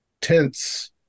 tents